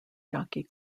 jockey